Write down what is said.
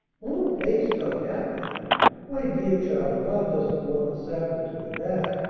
long-faced! unhappy! why, dear child, god doesn't want the sabbath to be that.